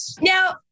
Now